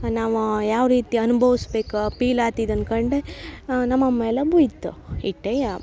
ನಾವು ಯಾವ ರೀತಿ ಅನ್ಬೌಸ್ಬೇಕು ಪೀಲ್ ಆಗ್ತಿತ್ ಅನ್ಕಂಡು ನಮ್ಮ ಅಮ್ಮ ಎಲ್ಲ ಬೈತು ಇಷ್ಟೇಯಾ